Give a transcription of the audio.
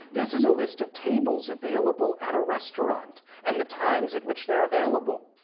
this is a list of tables available at a restaurant and the times at which they're available.